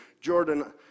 Jordan